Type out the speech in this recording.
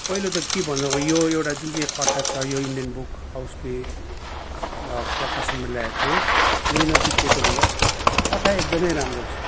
पहिलो त के भनौँ यो एउटा जुन चाहिँ यहाँ कथा छ यो इन्डियन बुक हाउसले प्रकाशनमा ल्याएको हो मिहिनेती केटो भन्दा कथा एकदमै राम्रो छ